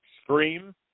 Scream